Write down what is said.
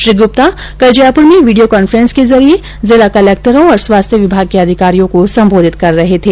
श्री गुप्ता कल जयपुर में video conference के जरिए जिला कलेक्टरों और स्वास्थ्य विभाग के अधिकारियों को संबोधित कर रहे थे